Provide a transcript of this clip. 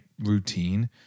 routine